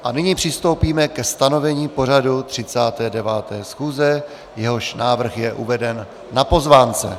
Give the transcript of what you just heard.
A nyní přistoupíme ke stanovení pořadu 39. schůze, jehož návrh je uveden na pozvánce.